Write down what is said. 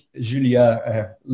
Julia